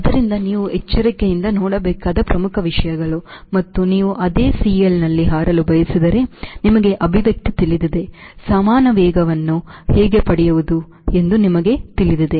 ಆದ್ದರಿಂದ ನೀವು ಎಚ್ಚರಿಕೆಯಿಂದ ನೋಡಬೇಕಾದ ಪ್ರಮುಖ ವಿಷಯಗಳು ಮತ್ತು ನೀವು ಅದೇ CL ನಲ್ಲಿ ಹಾರಲು ಬಯಸಿದರೆ ನಿಮಗೆ ಅಭಿವ್ಯಕ್ತಿ ತಿಳಿದಿದೆ ಸಮಾನ ವೇಗವನ್ನು ಹೇಗೆ ಪಡೆಯುವುದು ಎಂದು ನಿಮಗೆ ತಿಳಿದಿದೆ